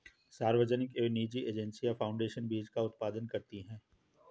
सार्वजनिक एवं निजी एजेंसियां फाउंडेशन बीज का उत्पादन करती है